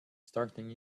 starting